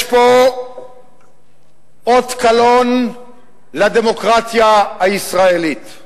יש פה אות קלון לדמוקרטיה הישראלית.